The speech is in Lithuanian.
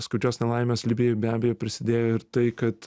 skaudžios nelaimės libijoj be abejo prisidėjo ir tai kad